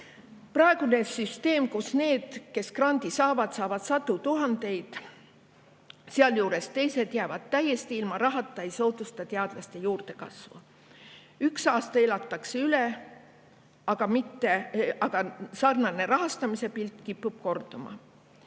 Praegune süsteem, kus need, kes grandi saavad, saavad sadu tuhandeid, sealjuures teised jäävad täiesti ilma rahata, ei soodusta teadlaste juurdekasvu. Üks aasta elatakse üle, aga sarnane rahastamise pilt kipub korduma.